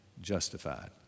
justified